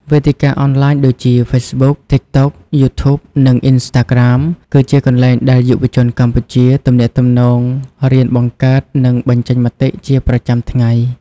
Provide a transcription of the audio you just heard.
វេទិកាអនឡាញដូចជា Facebook, TikTok, YouTube និង Instagram គឺជាកន្លែងដែលយុវជនកម្ពុជាទំនាក់ទំនង រៀន បង្កើត និងបញ្ចេញមតិជាប្រចាំថ្ងៃ។